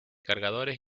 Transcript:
cargadores